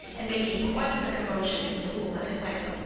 and making quite a commotion in the pool as it went.